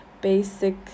basic